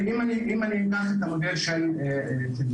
אם אני אקח את המודל של קנדה,